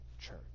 church